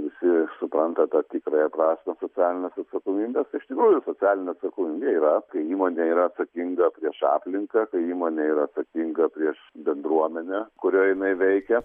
visi supranta tą tikrąją prasmę socialinės atsakomybės iš tikrųjų socialinė atsakomybė yra kai įmonė yra atsakinga prieš aplinką kai įmonė yra atsakinga prieš bendruomenę kurioj jinai veikia